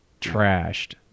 Trashed